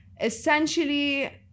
essentially